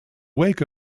wake